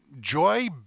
Joy